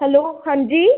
hello हांजी